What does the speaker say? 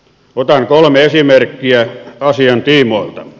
otan kolme esimerkkiä asian tiimoilta